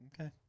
Okay